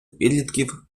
підлітків